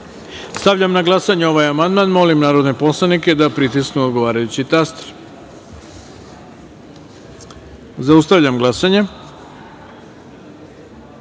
na glasanje ovaj amandman. Molim narodne poslanike da pritisnu odgovarajući taster. Zaustavljam glasanje: